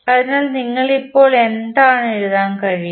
അതിനാൽ നിങ്ങൾക്ക് ഇപ്പോൾ എന്താണ് എഴുതാൻ കഴിയുക